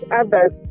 others